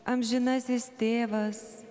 amžinasis tėvas